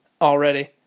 already